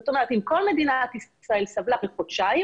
זאת אומרת אם כל מדינת ישראל סבלה חודשיים